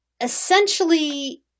essentially